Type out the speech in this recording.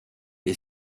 est